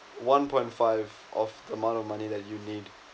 one point five of the amount of money that you need